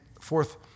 fourth